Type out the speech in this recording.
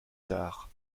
tard